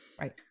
Right